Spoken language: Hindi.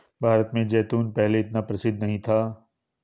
भारत में जैतून पहले इतना प्रचलित नहीं था